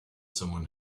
someone